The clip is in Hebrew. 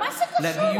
מה זה קשור?